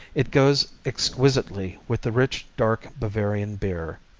it goes exquisitely with the rich dark bavarian beer.